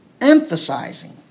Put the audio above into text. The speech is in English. emphasizing